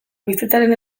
bizitzaren